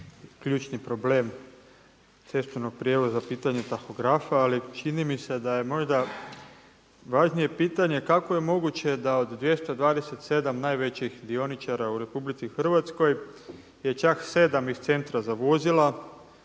ključni problem cestovnog prijevoza pitanje tahografa, ali čini mi se da je možda važnije pitanje kako je moguće da od 227 najvećih dioničara u RH je čak 7 iz centra za vozila.